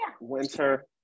Winter